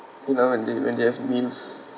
you know and they when they have meals